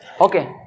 Okay